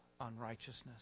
unrighteousness